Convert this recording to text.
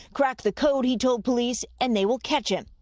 crack the code, he told police, and they will catch him.